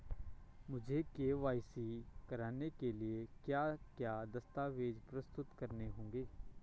मुझे के.वाई.सी कराने के लिए क्या क्या दस्तावेज़ प्रस्तुत करने होंगे?